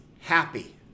happy